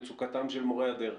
מצוקתם של מורי הדרך.